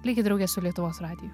likit drauge su lietuvos radiju